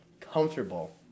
comfortable